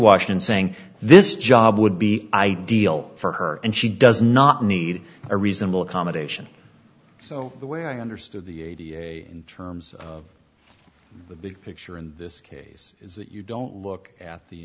washington saying this job would be ideal for her and she does not need a reasonable accommodation so the way i understood the a d a s in terms of the big picture in this case is that you don't look at the